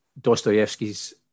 Dostoevsky's